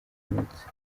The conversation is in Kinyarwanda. munsi